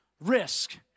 risk